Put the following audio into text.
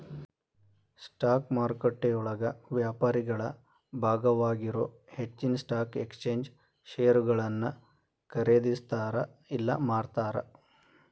stock ಮಾರುಕಟ್ಟೆಯೊಳಗ ವ್ಯಾಪಾರಿಗಳ ಭಾಗವಾಗಿರೊ ಹೆಚ್ಚಿನ್ ಸ್ಟಾಕ್ ಎಕ್ಸ್ಚೇಂಜ್ ಷೇರುಗಳನ್ನ ಖರೇದಿಸ್ತಾರ ಇಲ್ಲಾ ಮಾರ್ತಾರ